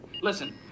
Listen